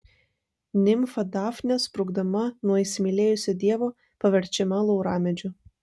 nimfa dafnė sprukdama nuo įsimylėjusio dievo paverčiama lauramedžiu